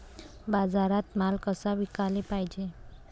बाजारात माल कसा विकाले पायजे?